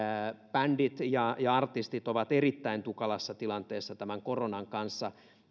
ja ja artistit ovat erittäin tukalassa tilanteessa tämän koronan kanssa